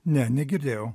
ne negirdėjau